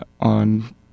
on